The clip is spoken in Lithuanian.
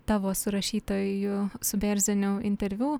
tavo su rašytoju su berziniu interviu